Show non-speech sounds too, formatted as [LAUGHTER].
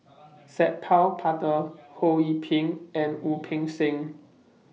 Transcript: [NOISE] Sat Pal Khattar Ho Yee Ping and Wu Peng Seng